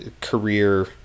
career